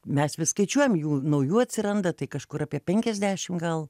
mes vis skaičiuojam jų naujų atsiranda tai kažkur apie penkiasdešim gal